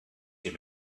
him